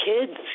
kids